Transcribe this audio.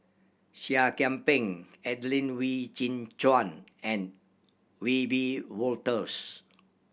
Seah Kian Peng Adelene Wee Chin Suan and Wiebe Wolters